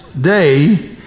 day